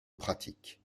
pratique